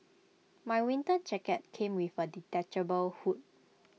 my winter jacket came with A detachable hood